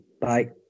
Bye